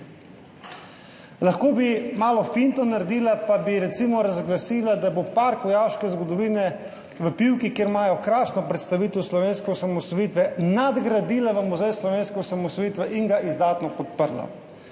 Lahko bi malo finto naredila pa bi recimo razglasila, da bo Park vojaške zgodovine v Pivki, kjer imajo krasno predstavitev slovenske osamosvojitve, nadgradila v muzej slovenske osamosvojitve in ga izdatno podprla.